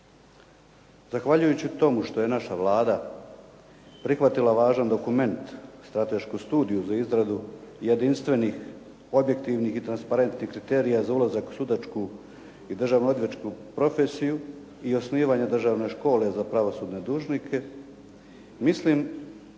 Zahvaljujući tomu što je naša Vlada prihvatila važan dokument, Stratešku studiju za izradu jedinstvenih objektivnih i transparentnih kriterija za ulazak u sudačku i državno odvjetničku profesiju i osnivanja Državne škole za pravosudne dužnosnike, mislim